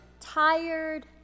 tired